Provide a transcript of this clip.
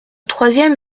troisième